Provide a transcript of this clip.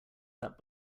that